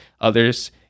others